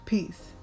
Peace